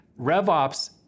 RevOps